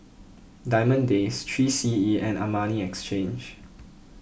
Diamond Days three C E and Armani Exchange